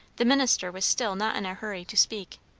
the minister was still not in a hurry to speak.